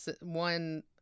one